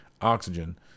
Oxygen